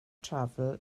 travel